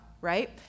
right